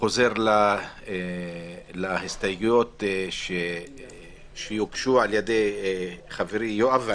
חוזר להסתייגויות שיוגשו על ידי חברי יואב,